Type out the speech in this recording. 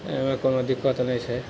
एहिमे कोनो दिक्कत नहि छै